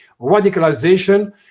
radicalization